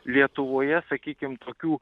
lietuvoje sakykim tokių